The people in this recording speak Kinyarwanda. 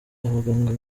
abaganga